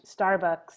Starbucks